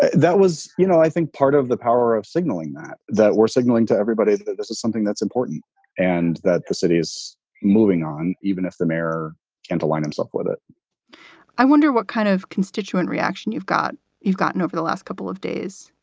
that was, you know, i think part of the power of signaling that that we're signaling to everybody is that this is something that's important and that the city is moving on even if the mirror can't align himself with it i wonder what kind of constituent reaction you've got you've gotten over the last couple of days.